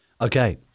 Okay